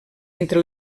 entre